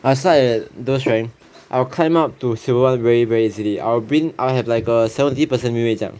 I'll start at those rank I'll climb up to silver one very very easily I will bring I have like a seventy percent win win 这样